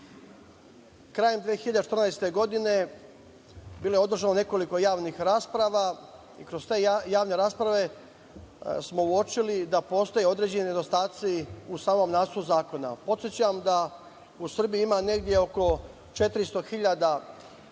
Krajem 2014. godine bilo je održano nekoliko javnih rasprava i kroz te javne rasprave smo uočili da postoje određeni nedostaci u samom Nacrtu zakona. Podsećam da u Srbiji ima negde oko 400.000